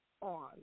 on